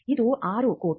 ಇದು 6 ಕೋಟಿ